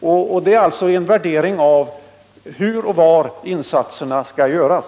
Det är alltså fråga om att göra en värdering av var och hur insatserna skall göras.